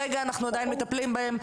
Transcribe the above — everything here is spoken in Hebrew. רגע, אנחנו עדיין מטפלים בהם,